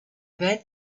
that